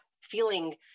feeling